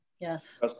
Yes